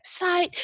website